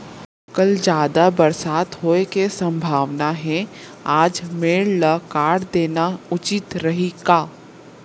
कल जादा बरसात होये के सम्भावना हे, आज मेड़ ल काट देना उचित रही का?